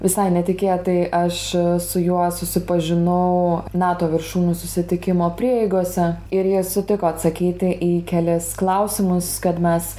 visai netikėtai aš su juo susipažinau nato viršūnių susitikimo prieigose ir jis sutiko atsakyti į kelis klausimus kad mes